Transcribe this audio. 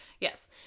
Yes